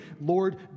Lord